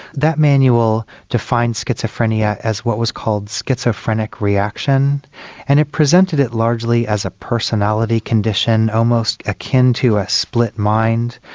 that manual defined schizophrenia as what was called schizophrenic reaction and it presented it largely as a personality condition almost akin to a split mind,